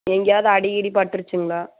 எங்கயாவது அடிகிடி பட்டுருச்சிங்களா